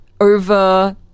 over